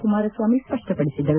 Kumaraswamy ಸ್ಪಷ್ಪಪಡಿಸಿದರು